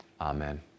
Amen